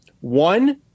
one